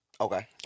Okay